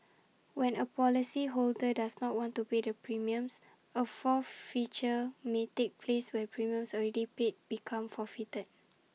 when A policyholder does not want to pay the premiums A forfeiture may take place where premiums already paid become forfeited